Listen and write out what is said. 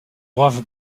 brave